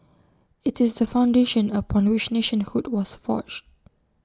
IT is the foundation upon which nationhood was forged